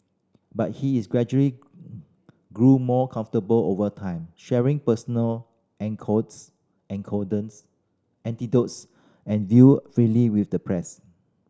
but he is gradually grew more comfortable over time sharing personal anecdotes and viewfreely with the press